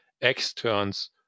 externs